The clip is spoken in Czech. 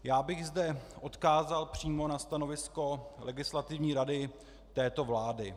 Já bych zde odkázal přímo na stanovisko Legislativní rady této vlády.